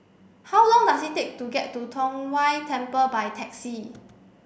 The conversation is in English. how long does it take to get to Tong Whye Temple by taxi